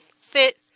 fit